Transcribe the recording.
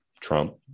Trump